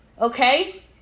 okay